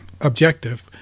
objective